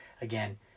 again